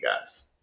guys